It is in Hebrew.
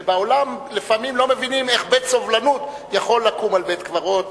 כי בעולם לפעמים לא מבינים איך "בית הסובלנות" יכול לקום על בית-קברות,